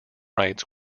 rights